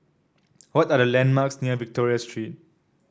what are the landmarks near Victoria Street